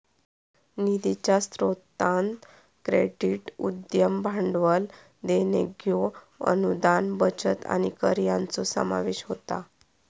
निधीच्या स्रोतांत क्रेडिट, उद्यम भांडवल, देणग्यो, अनुदान, बचत आणि कर यांचो समावेश होता